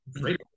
great